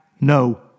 no